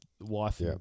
wife